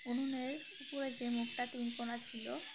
উনুনের উপরে যে মুখটা তিনকোনা ছিল